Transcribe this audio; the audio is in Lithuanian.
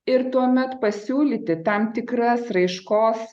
ir tuomet pasiūlyti tam tikras raiškos